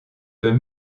peut